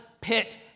pit